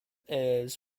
ayres